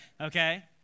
okay